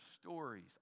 stories